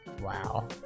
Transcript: Wow